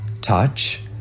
touch